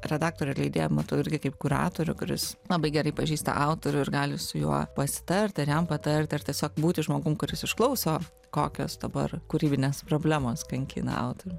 redaktorę ir leidėją matau irgi kaip kuratorių kuris labai gerai pažįsta autorių ir gali su juo pasitarti ir jam patarti ar tiesiog būti žmogum kuris išklauso kokios dabar kūrybinės problemos kankina autorių